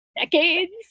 decades